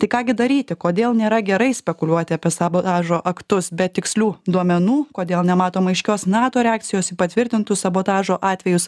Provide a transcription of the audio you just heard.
tai ką gi daryti kodėl nėra gerai spekuliuoti apie sabotažo aktus be tikslių duomenų kodėl nematoma aiškios nato reakcijos į patvirtintus sabotažo atvejus